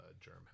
Germ